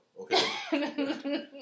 okay